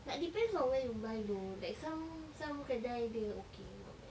but depends on where you buy doh like some some kedai dia okay not bad